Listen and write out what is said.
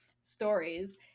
stories